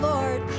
Lord